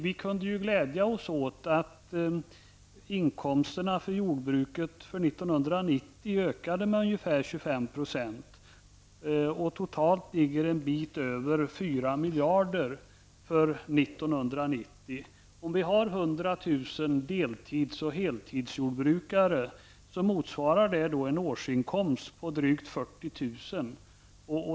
Vi kunde glädja oss åt att inkomsterna för jordbruket för år 1990 ökade med ungefär 25 % och totalt ligger en bit över 4 miljarder för 1990. Om vi har hundratusen deltids och heltidsjordbrukare, motsvarar det en årsinkomst på drygt 40 000.